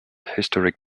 historic